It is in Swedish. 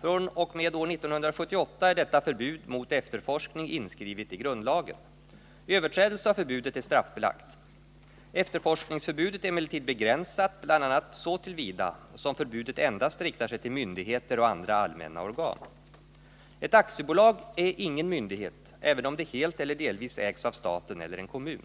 fr.o.m. år 1978 är detta förbud mot efterforskning inskrivet i grundlagen. Överträdelse a. av förbudet är straffbelagt. Efterforskningsförbudet är emellertid begränsat bl.a. så till vida som förbudet endast riktar sig till myndigheter och andra allmänna organ. Ett aktiebolag är ingen myndighet, även om det helt eller delvis ägs av staten eller av en kommun.